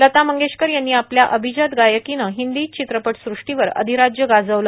लता मंगेशकर यांनी आपल्या अभिजात गायकीने हिंदी चित्रपट संष्टीवर अधिराज्य गाजवले